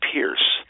Pierce